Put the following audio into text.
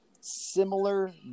similar